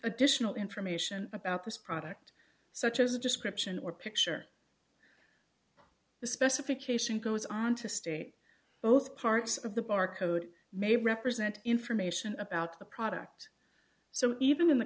additional information about this product such as a description or picture the specification goes on to state both parts of the barcode may represent information about the product so even in the